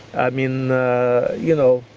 mean you know,